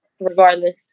regardless